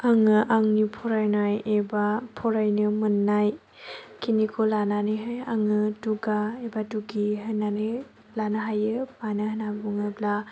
आङो आंनि फरायनाय एबा फरायनो मोननाय खिनिखौ लानानैहाय आङो दुगा एबा दुगि होननानै लानो हायो मानो होननानै बुङोब्ला